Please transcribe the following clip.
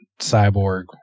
Cyborg